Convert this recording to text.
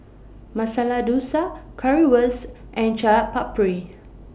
Masala Dosa Currywurst and Chaat Papri